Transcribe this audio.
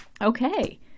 okay